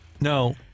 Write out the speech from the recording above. No